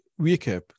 recap